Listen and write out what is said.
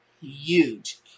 huge